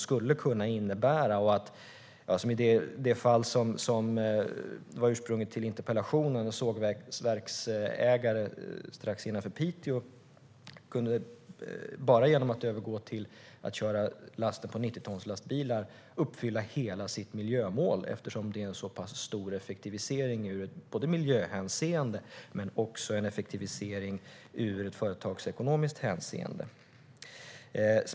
Sågverksägaren strax utanför Piteå som var ursprunget till interpellationen kunde bara genom att övergå till att köra lasten på 90tonslastbilar uppfylla hela sitt miljömål. Det är en stor effektivisering i både miljöhänseende och i företagsekonomiskt hänseende.